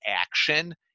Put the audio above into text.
action